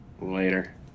Later